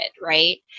right